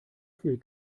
viel